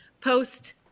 post-